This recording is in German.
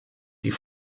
die